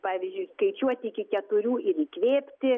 pavyzdžiui skaičiuoti iki keturių ir įkvėpti